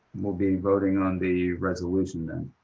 we'll be voting on the resolution then.